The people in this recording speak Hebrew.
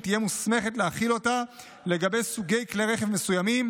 היא תהיה מוסמכת להחיל אותה לגבי סוגי כלי רכב מסוימים,